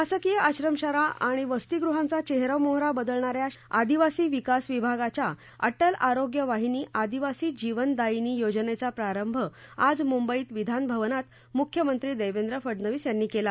शासकीय आश्रम शाळा आणि वस्तीगृहांचा चेहरामोहरा बदलणा या आदिवासी विकास विभागाच्या अटल आरोग्य वाहिनी आदीवासी जीवन दायिनी योजनेचा प्रारंभ आज मुंबईत विधानभवनात मुख्यमंत्री देवेंद्र फडणवीस यांनी केला